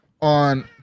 on